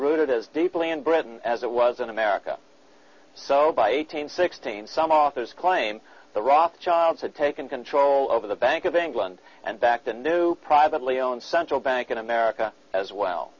rooted as deeply in britain as it was in america so by eighteen sixteen some authors claim the rothschilds had taken control over the bank of england and back to new privately owned central bank of america as well